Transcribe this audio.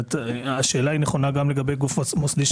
והשאלה נכונה גם לגבי גוף מוסדי,